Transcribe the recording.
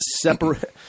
separate